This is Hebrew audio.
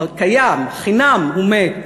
קיים, חינם הוא מת,